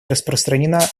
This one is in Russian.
распространена